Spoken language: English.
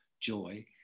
joy